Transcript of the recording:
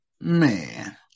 man